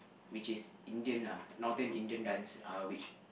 which is Indian lah Northern Indian dance uh which